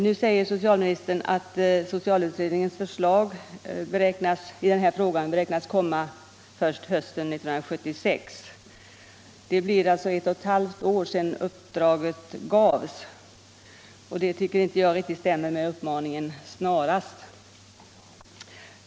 Nu säger socialministern att socialutredningens förslag i den här frågan beräknas komma först hösten 1976. Det blir ett och ett halvt år från det att uppdraget gavs. Detta tycker jag inte riktigt stämmer med uppmaningen snarast.